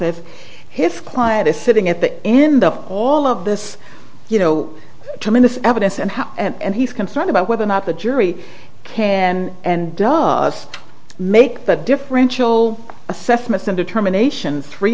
save his client is sitting at that end up all of this you know tremendous evidence and how and he's concerned about whether or not the jury can and does make the differential assessments in determination three